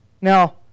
Now